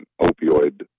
opioid